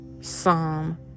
Psalm